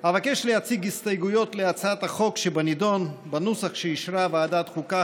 אבקש להציג הסתייגויות להצעת החוק שבנדון בנוסח שאישרה ועדת חוקה,